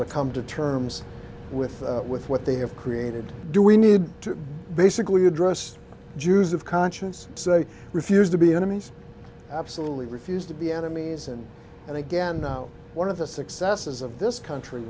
to come to terms with with what they have created do we need to basically address jews of conscience say refuse to be enemies absolutely refuse to be enemies and and again one of the successes of this country